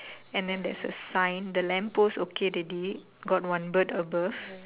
and then there's a sign the lamp post okay already got one bird above